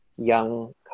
young